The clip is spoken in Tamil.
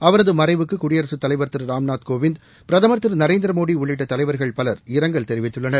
அவரது மறைவுக்கு குடியரசுத் தலைவர் திரு ராம்நாத் கோவிந்த் பிரதமர் திரு நரேந்திரமோடி உள்ளிட்ட தலைவர்கள் பலர் இராங்கல் தெரிவித்துள்ளனர்